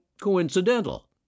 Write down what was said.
coincidental